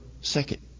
second